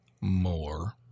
more